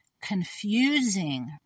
confusing